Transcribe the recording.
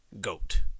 Goat